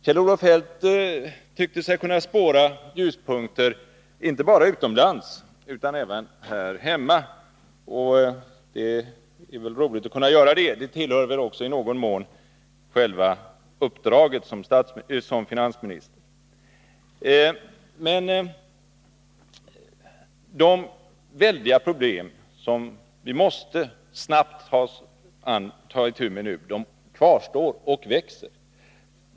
Kjell-Olof Feldt tyckte sig kunna spåra ljuspunkter inte bara utomlands utan även här hemma. Det är ju roligt att kunna göra det, och det tillhör väl också i någon mån själva uppdraget som finansminister. Men de väldiga problem som vi nu snabbt måste ta itu med kvarstår och växer.